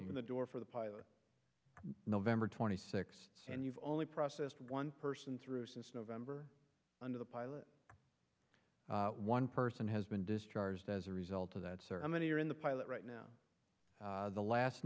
open the door for the pilot november twenty sixth and you've only processed one person through since november under the pilot one person has been discharged as a result of that sir and many are in the pilot right now the last